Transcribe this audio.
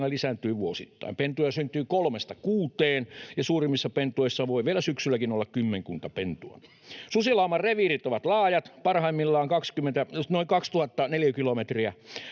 lisääntyy vuosittain. Pentuja syntyy kolmesta kuuteen, ja suurimmissa pentueissa voi vielä syksylläkin olla kymmenkunta pentua. Susilauman reviirit ovat laajat, parhaimmillaan noin 2 000 neliökilometriä,